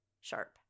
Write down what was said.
Sharp